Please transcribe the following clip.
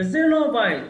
וזה לא בית,